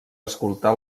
escoltar